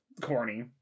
corny